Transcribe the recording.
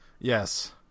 Yes